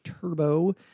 turbo